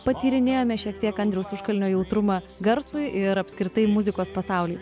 patyrinėjome šiek tiek andriaus užkalnio jautrumą garsui ir apskritai muzikos pasauliui